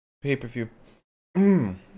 pay-per-view